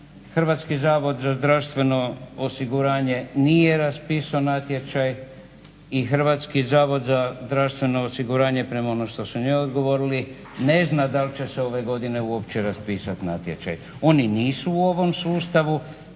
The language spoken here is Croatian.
Hrvatski zavod za zdravstveno osiguranje nije raspisao natječaj i Hrvatski zavod za zdravstveno osiguranje prema onom što su njoj odgovorili ne zna da li će se ove godine uopće raspisati natječaj. Oni nisu u ovom sustavu.